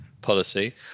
policy